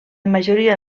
majoria